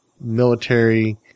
military